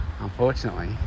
unfortunately